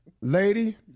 lady